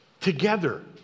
Together